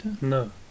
No